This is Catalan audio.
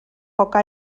poca